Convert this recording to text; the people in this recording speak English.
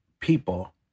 people